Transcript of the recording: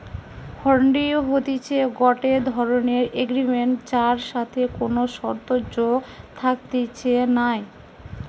হুন্ডি হতিছে গটে ধরণের এগ্রিমেন্ট যার সাথে কোনো শর্ত যোগ থাকতিছে নাই